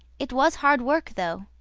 it was hard work, though.